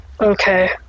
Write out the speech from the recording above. okay